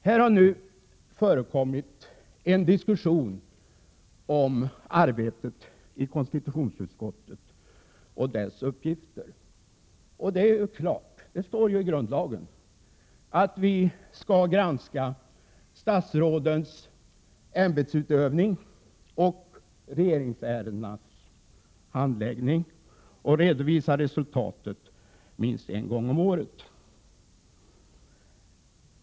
Här har nu förekommit en diskussion om arbetet i konstitutionsutskottet och dess uppgifter. Det är klart — det står ju i grundlagen — att vi skall granska statsrådens ämbetsutövning och regeringsärendenas handläggning och redovisa resultatet minst en gång om året.